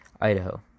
Idaho